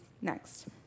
next